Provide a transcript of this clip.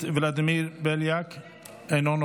"על האדמה הזאת, גבירת הארץ, ")("